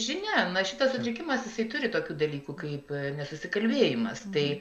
žinia na šitas sutrikimas jisai turi tokių dalykų kaip nesusikalbėjimas tai